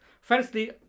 Firstly